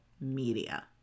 media